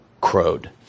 crowed